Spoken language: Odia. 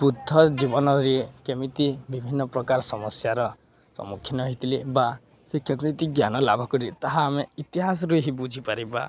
ବୃଦ୍ଧ ଜୀବନରେ କେମିତି ବିଭିନ୍ନପ୍ରକାର ସମସ୍ୟାର ସମ୍ମୁଖୀନ ହୋଇଥିଲେ ବା ସେ କେମିତି ଜ୍ଞାନ ଲାଭ କରି ତାହା ଆମେ ଇତିହାସରୁ ହଁ ବୁଝିପାରିବା